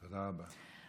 תודה רבה.